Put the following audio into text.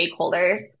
stakeholders